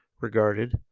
regarded